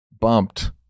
bumped